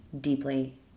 deeply